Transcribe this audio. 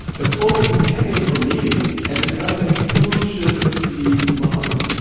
the close companions were meeting and discussing who should succeed muhammad.